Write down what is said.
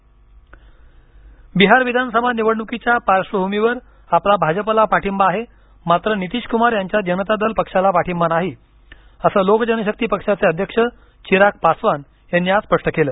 चिराग पासवान बिहार विधानसभा निवडणूकीच्या पार्श्वभूमीवर आपला भाजपाला पाठींबा आहे मात्र नितीशकुमार यांच्या जनता दल पक्षाला पाठींबा नाही असं लोक जनशक्ती पक्षाचे अध्यक्ष चिराग पासवान यांनी आज स्पष्ट केलं